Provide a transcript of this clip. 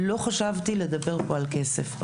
לא חשבתי לדבר פה על כסף.